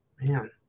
Man